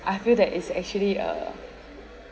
I feel that is actually a